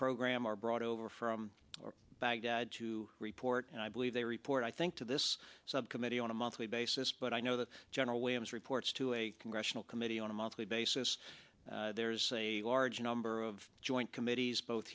program are brought over from baghdad to report and i believe they report i think to this subcommittee on a monthly basis but i know that general waymouth reports to a congressional committee on a monthly basis there's a large number of joint committees bot